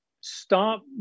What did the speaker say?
stop